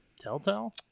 Telltale